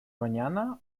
mañana